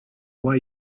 way